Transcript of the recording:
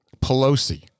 Pelosi